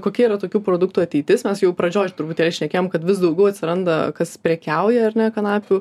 kokia yra tokių produktų ateitis mes jau pradžioj truputėlį šnekėjom kad vis daugiau atsiranda kas prekiauja ar ne kanapių